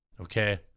Okay